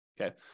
okay